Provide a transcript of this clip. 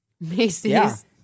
Macy's